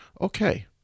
Okay